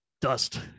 dust